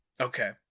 Okay